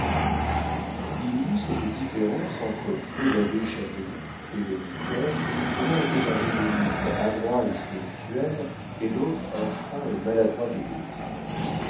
il y eut cette différence entre feu l'abbé chapeloud et le vicaire que l'un était un égoïste adroit et spirituel et l'autre un franc et maladroit égoïste